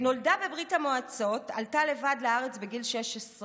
נולדה בברית המועצות, עלתה לבד לארץ בגיל 16,